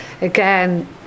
Again